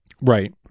right